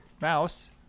mouse